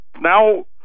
Now